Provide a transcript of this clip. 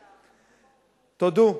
תודו,